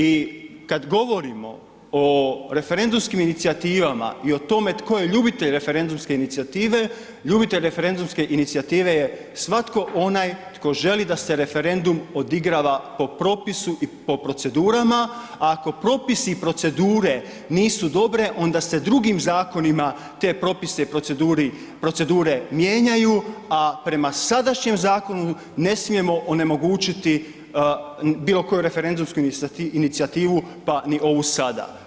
I kad govorimo o referendumskim inicijativama i o tome tko je ljubitelj referendumske inicijative, ljubitelj referendumske inicijative je svatko onaj tko želi da se referendum odigrava po propisu i po procedurama, a ako propisi i procedure nisu dobre onda se drugim zakonima te propise i procedure mijenjaju, a prema sadašnjem zakonu ne smijemo onemogućiti bilo koju referendumsku inicijativu, pa ni ovu sada.